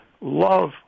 love